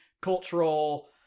cultural